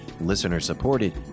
listener-supported